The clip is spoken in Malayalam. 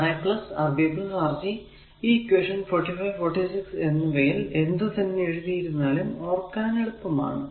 ഈ ഇക്വേഷൻ 45 46 എന്നിവയിൽ എന്ത് തന്നെ എഴുതിയിരുന്നാലും ഓർക്കാൻ എളുപ്പമാണ്